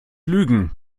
lügen